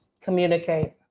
Communicate